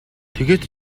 тэгээд